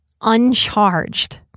uncharged